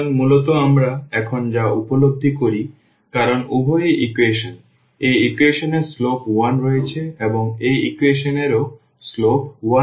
সুতরাং মূলত আমরা এখন যা উপলব্ধি করি কারণ উভয় ইকুয়েশন এই ইকুয়েশন এর স্লোপ 1 রয়েছে এবং এই ইকুয়েশন এরও স্লোপ 1 রয়েছে